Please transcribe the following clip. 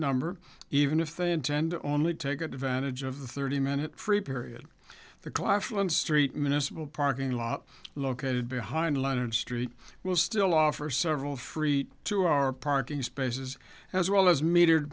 number even if they intend only take advantage of the thirty minute free period the claflin street miscible parking lot located behind leonard street will still offer several free to our parking spaces as well as meter